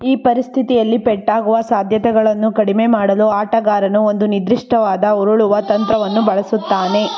ಈ ಪರಿಸ್ಥಿತಿಯಲ್ಲಿ ಪೆಟ್ಟಾಗುವ ಸಾಧ್ಯತೆಗಳನ್ನು ಕಡಿಮೆ ಮಾಡಲು ಆಟಗಾರನು ಒಂದು ನಿರ್ದಿಷ್ಟವಾದ ಉರುಳುವ ತಂತ್ರವನ್ನು ಬಳಸುತ್ತಾನೆ